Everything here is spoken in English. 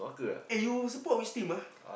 eh you support which team ah